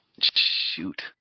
shoot